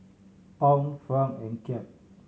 Pound Franc and Kyat